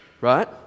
right